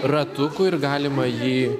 ratukų ir galima jį